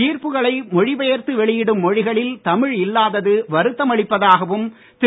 தீர்ப்புகளை மொழிபெயர்த்து வெளியிடும் மொழிகளில் தமிழ் இல்லாதது வருத்தம் அளிப்பதாகவும் திரு